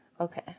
Okay